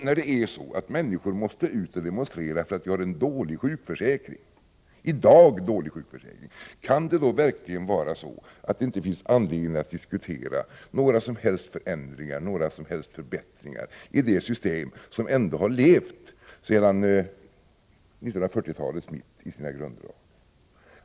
När det är på det sättet att människor måste ut och demonstrera därför att vi har en dålig sjukförsäkring — en i dag dålig sjukförsäkring — kan det då verkligen vara så, att det inte finns anledning att diskutera några som helst förändringar, några som helst förbättringar i det system som ändå har levt sedan 1940-talets mitt i sina grunddrag?